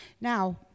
now